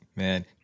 man